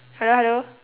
hello hello